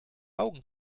augen